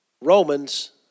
Romans